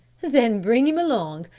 then bring him along,